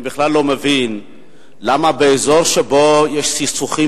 אני בכלל לא מבין למה באזור שבו יש סכסוכים